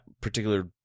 particular